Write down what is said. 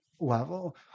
level